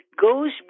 goes